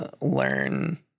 learn